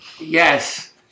Yes